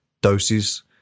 doses